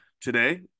today